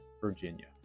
Virginia